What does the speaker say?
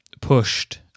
pushed